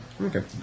Okay